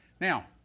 Now